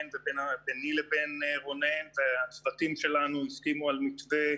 וביני לבין רונן והצוותים שלנו הסכימו על מתווה